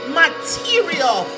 material